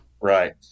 Right